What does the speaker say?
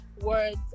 words